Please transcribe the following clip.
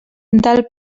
del